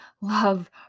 love